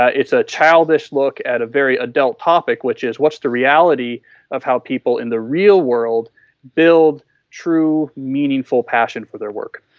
ah it's a childish look at a very adult topic which is what's the reality of how people in the real world build true meaningful passion for their work?